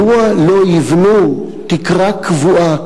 מדוע לא יבנו תקרה קבועה?